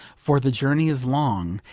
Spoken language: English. for the journey is long,